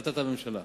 החלטת הממשלה.